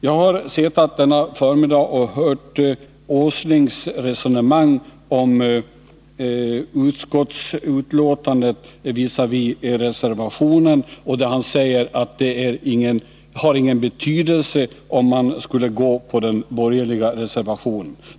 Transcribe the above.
Jag har suttit här på förmiddagen och hört Nils Åslings resonemang om utskottsbetänkandet visavi reservationen på denna punkt. Han säger att det inte har någon betydelse om man skulle bifalla den borgerliga reservationen.